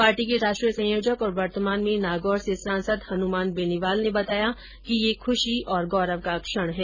party के राष्ट्रीय संयोजक और वर्तमान में नागौर से सांसद हनुमान बेनीवाल ने बताया कि यह खुशी और गौरव का क्षण है